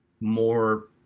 more